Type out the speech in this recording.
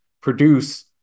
produce